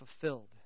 fulfilled